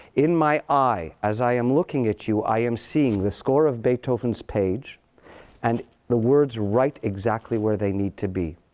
in my eye, as i am looking at you, i am seeing the score of beethoven's page and the words right exactly where they need to be.